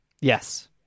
Yes